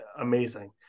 amazing